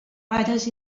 pares